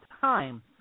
time